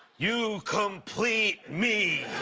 you complete me.